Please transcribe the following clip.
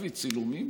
הביא צילומים,